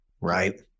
right